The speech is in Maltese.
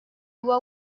huwa